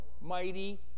mighty